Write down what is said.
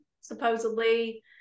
supposedly